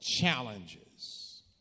challenges